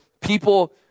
people